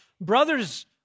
brothers